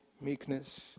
meekness